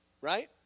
right